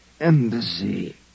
Embassy